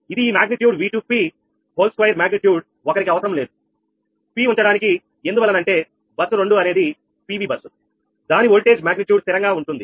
ఇది ఈ magnitude 𝑉2𝑝 whole square magnitude ఒకరికి అవసరం లేదు p ఉంచడానికి ఎందువలన అంటే బస్సు 2 అనేది PV బస్సు దాన్ని ఓల్టేజ్ మాగ్నిట్యూడ్ స్థిరంగా ఉంటుంది